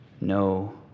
no